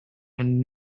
and